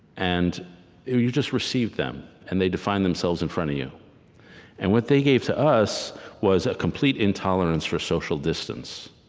and you just receive them, and they define themselves in front of you and what they gave to us was a complete intolerance for social distance.